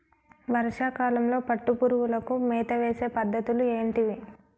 వర్షా కాలంలో పట్టు పురుగులకు మేత వేసే పద్ధతులు ఏంటివి?